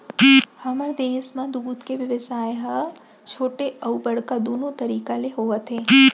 हमर देस म दूद के बेवसाय ह छोटे अउ बड़का दुनो तरीका ले होवत हे